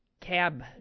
cab